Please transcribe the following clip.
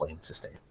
sustain